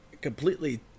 completely